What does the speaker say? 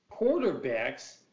quarterbacks